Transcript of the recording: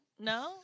No